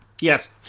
Yes